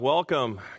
Welcome